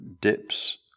dips